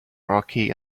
rocky